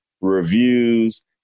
reviews